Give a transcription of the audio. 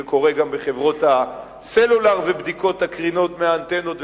זה קורה גם בחברות הסלולר ובבדיקות הקרינה מהאנטנות,